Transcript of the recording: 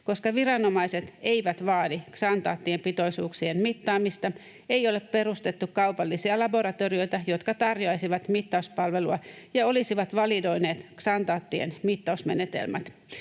Koska viranomaiset eivät vaadi ksantaattien pitoisuuksien mittaamista, ei ole perustettu kaupallisia laboratorioita, jotka tarjoaisivat mittauspalvelua ja olisivat validoineet ksantaattien mittausmenetelmät.